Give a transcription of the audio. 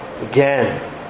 Again